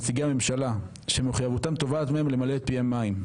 נציגי הממשלה שמחויבותם תובעת מהם למלא את פיהם מים,